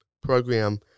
program